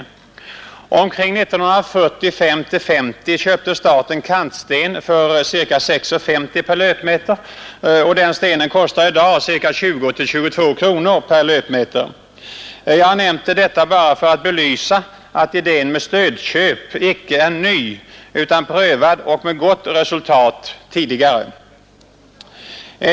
Från omkring 194S till 1950 köpte staten kantsten för ca 6:50 kronor per löpmeter och den stenen kostar i dag 20—22 kronor per löpmeter. Jag har nämnt detta bara för att belysa att idén med stödköp icke är ny, utan prövad — och det med gott resultat — tidigare.